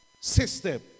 system